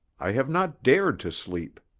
i have not dared to sleep.